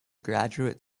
graduate